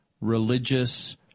religious